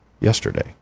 yesterday